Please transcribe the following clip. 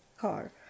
car